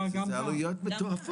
זה עלויות מטורפות.